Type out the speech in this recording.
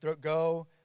go